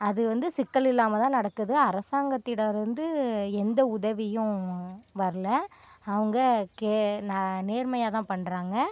அது வந்து சிக்கல் இல்லாமல் தான் நடக்குது அரசாங்கத்திடம் இருந்து எந்த உதவியும் வரல அவங்க கே நான் நேர்மையாக தான் பண்ணுறாங்க